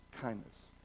kindness